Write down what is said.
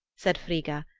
said frigga,